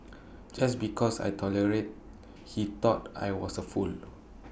just because I tolerated he thought I was A fool